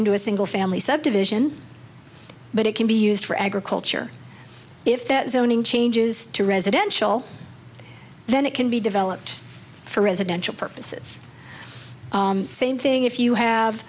into a single family subdivision but it can be used for agriculture if that zoning changes to residential then it can be developed for residential purposes same thing if you have